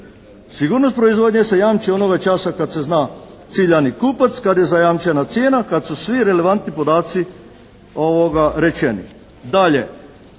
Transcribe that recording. Sigurnost proizvodnje se jamči onoga časa kad se zna ciljani kupac, kad je zajamčena cijena, kad su svi relevantni podaci rečeni.